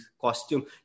costume